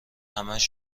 همش